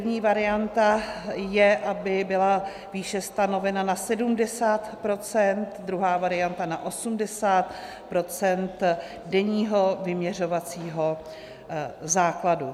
První varianta je, aby byla výše stanovena na 70 %, druhá varianta na 80 % denního vyměřovacího základu.